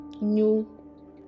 new